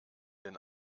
den